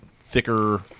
thicker